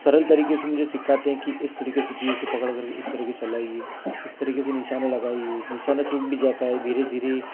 सरल तरीके से मुझे सीखाते हैं कि इस तरीके से तीर को पकड़ कर इस तरीके से चलाइए इस तरीके से निशाना लगाइए निशाना चूक भी जाता है धीरे धीरे